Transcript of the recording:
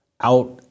out